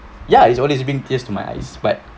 ya it's always bring tears to my eyes but